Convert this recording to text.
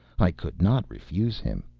i could not refuse him.